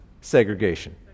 segregation